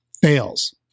fails